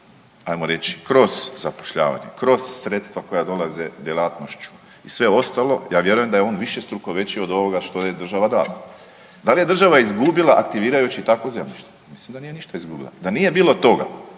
ajmo reći kroz zapošljavanje, kroz sredstva koja dolaze djelatnošću i sve ostalo, ja vjerujem da je on višestruko veći od ovoga što je država dala. Dali je država izgubila aktivirajući takvo zemljište? Mislim da nije ništa izgubila. Da nije bilo toga,